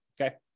okay